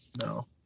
no